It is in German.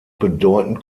bedeutend